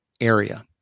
area